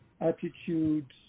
attitudes